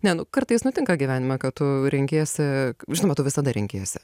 ne nu kartais nutinka gyvenime kad tu renkiesi žinoma tu visada renkiesi